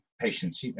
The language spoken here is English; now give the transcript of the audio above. patients